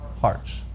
Hearts